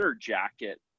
jacket